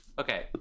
Okay